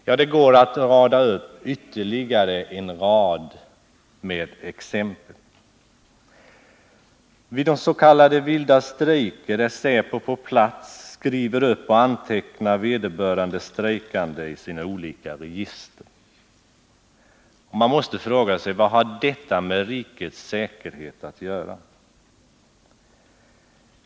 Ja, det går att rada upp ytterligare en lång rad exempel. Vid s.k. vilda strejker är säpo på plats och antecknar vederbörande strejkande i sina olika register. Man måste fråga: Vad har detta med rikets säkerhet att skaffa?